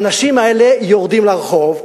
האנשים האלה יורדים לרחוב.